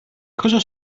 cosa